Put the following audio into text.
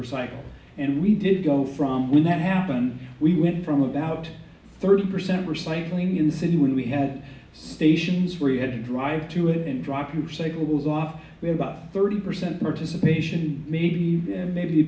recycle and we did go from when that happens we went from about thirty percent were cycling incident when we had stations where you had to drive to and drop your cycles off with about thirty percent participation maybe maybe